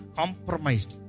compromised